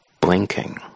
blinking